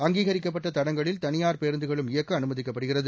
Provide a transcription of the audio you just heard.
அங்கீகரிக்கப்பட்ட தடங்களில் தனியார் பேருந்துகளும் இயக்க அனுமதிக்கப்படுகிறது